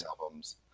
albums